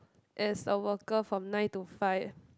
as a worker from nine to five